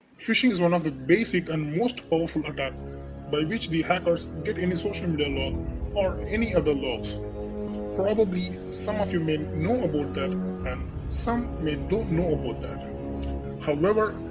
phishing is one of the basic and most powerful attack by which the hackers get any social media log or any other logs probably some of you may know about that and some may don't know about that however,